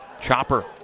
Chopper